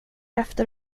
efter